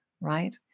right